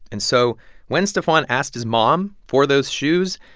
and so when stephon asked his mom for those shoes,